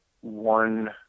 one